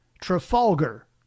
Trafalgar